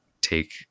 take